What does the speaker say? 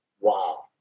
Wow